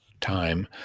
time